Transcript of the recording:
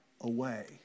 away